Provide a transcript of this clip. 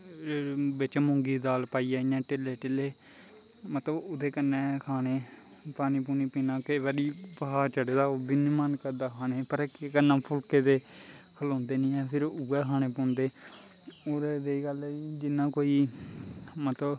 बिच्च मुंगी दी दाल पाईयै इयां ढिल्ले ढिल्ले मतलव ओह्दे कन्नै खानें पानीं पूनीं पीनां ओह्दे कन्नै बखार चढ़े दा होऐ ओह् बी नी मन करदा खानें गी पर केह् करनां फुल्के ते खलोंदे नी हैन उऐ खानें पौंदे होर एह् गल्ल ऐ जियां मतलव